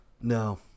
No